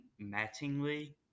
Mattingly